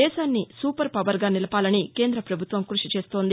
దేశాన్ని super power గా నిలపాలని కేంద్రప్రభుత్వం కృషి చేస్తోంది